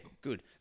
Good